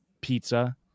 pizza